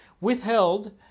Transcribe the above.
withheld